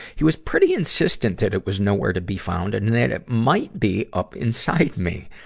he was pretty insistent that it was nowhere to be found and and that it might be up inside me.